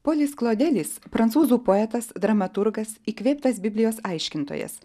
polis klodelis prancūzų poetas dramaturgas įkvėptas biblijos aiškintojas